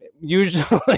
usually